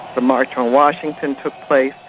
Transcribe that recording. the march on washington took place,